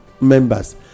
members